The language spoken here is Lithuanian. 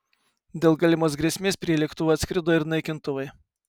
dėl galimos grėsmės prie lėktuvo atskrido ir naikintuvai